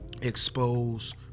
expose